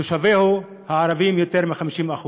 תושביה הערביים יותר מ-50%.